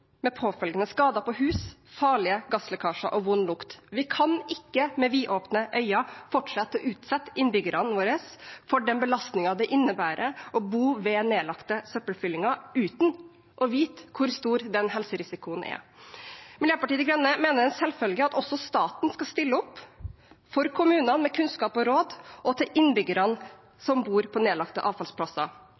med påfølgende skader på hus, farlige gasslekkasjer og vond lukt. Vi kan ikke med vidåpne øyne fortsette å utsette innbyggerne våre for den belastningen det innebærer å bo ved nedlagte søppelfyllinger uten å vite hvor stor den helserisikoen er. Miljøpartiet De Grønne mener det er en selvfølge at også staten skal stille opp for kommunene med kunnskap og råd, også til innbyggerne som bor på nedlagte avfallsplasser.